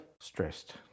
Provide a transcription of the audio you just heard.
stressed